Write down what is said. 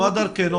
איך דרכנו?